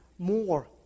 more